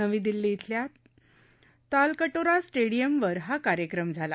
नवी दिल्ली इथल्या तालकटोरा स्टेडियमवर हा कार्यक्रम झाला